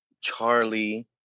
charlie